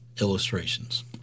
illustrations